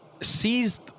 sees